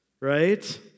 right